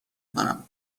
کنم